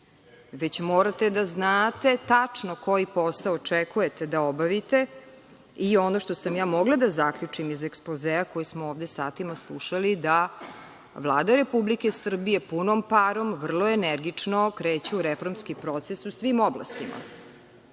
već morate da znate tačno koji posao očekujete da obavite i ono što sam ja mogla da zaključim iz ekspozea koji smo ovde satima slušali, da Vlada Republike Srbije punom parom, vrlo energično, kreće u reformski proces u svim oblastima.